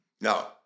No